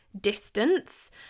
distance